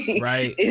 Right